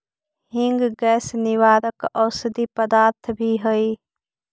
हींग गैस निवारक औषधि पदार्थ भी हई